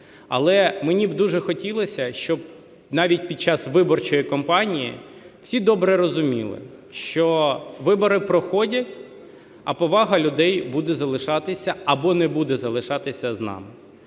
Але мені б дуже хотілося, щоб навіть під час виборчої кампанії всі добре розуміли, що вибори проходять, а повага людей буде залишатися або не буде залишатися з нами.